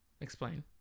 explain